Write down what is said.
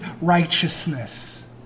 righteousness